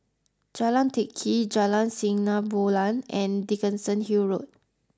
Jalan Teck Kee Jalan Sinar Bulan and Dickenson Hill Road